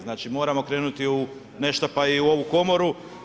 Znači, moramo krenuti u nešto, pa i u ovu Komoru.